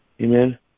Amen